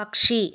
പക്ഷി